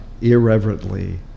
irreverently